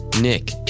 Nick